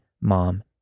mom